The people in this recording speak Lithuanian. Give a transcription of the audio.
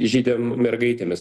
žydėm mergaitėmis